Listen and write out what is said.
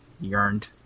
yearned